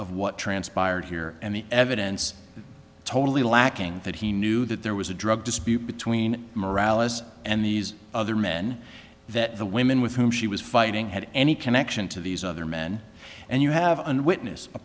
of what transpired here and the evidence totally lacking that he knew that there was a drug dispute between morales and these other men that the women with whom she was fighting had any connection to these other men and you have one witness a